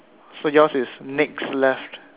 so yours is next left